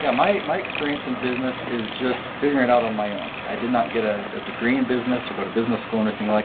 yeah my my experience in business is just figuring out on my own. i did not get a degree in business or go to business school and or anything like